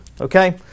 Okay